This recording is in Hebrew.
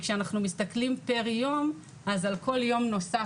כשאנחנו מסתכלים פר יום אז על כל יום נוסף